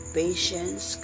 patience